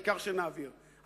העיקר שנעביר.